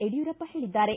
ಯಡ್ಕೂರಪ್ಪ ಹೇಳಿದ್ದಾರೆ